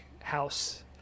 house